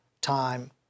time